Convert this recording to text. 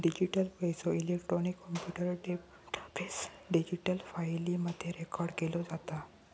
digital पैसो, electronic computer database, digital फाईली मध्ये रेकॉर्ड केलो जाता